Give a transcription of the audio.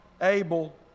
Abel